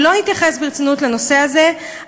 ולא נתייחס ברצינות לנושא הזה,